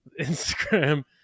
Instagram